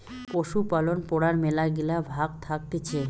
পশুপালন পড়ার মেলাগিলা ভাগ্ থাকতিছে